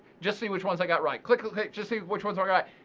just see which ones i got right, click, click, click, just see which ones i got.